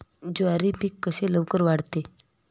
ज्वारी पीक कसे लवकर वाढते?